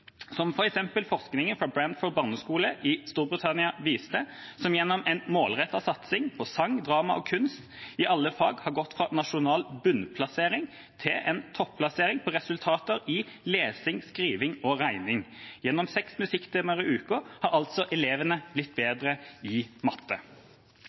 Som f.eks. forskningen fra Bradford barneskole i Storbritannia viste: Gjennom en målrettet satsing på sang, drama og kunst i alle fag har en gått fra nasjonal bunnplassering til en topplassering på resultater i lesing, skriving og regning. Gjennom seks musikktimer i uka har altså elevene blitt